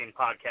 Podcast